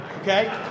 okay